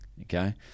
Okay